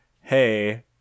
hey